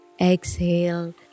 exhale